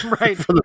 Right